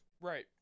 right